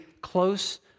close